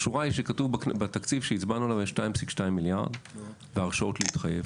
השורה בתקציב שהצבענו עליו היא 2.2 מיליארד להרשאות להתחייב.